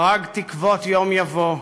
ארג תקוות יום יבוא.